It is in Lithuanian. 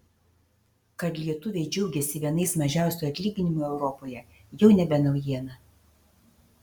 kad lietuviai džiaugiasi vienais mažiausių atlyginimų europoje jau nebe naujiena